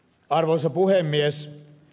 arvoisa puhemies